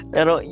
Pero